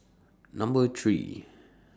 Number three